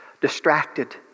Distracted